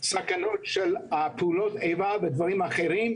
סכנות של פעולות איבה ודברים אחרים,